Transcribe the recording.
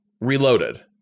reloaded